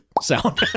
sound